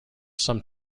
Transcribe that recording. some